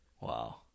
Wow